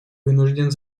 вынужден